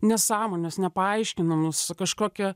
nesąmonės nepaaiškinamus kažkokia